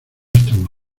estamos